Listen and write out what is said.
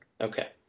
Okay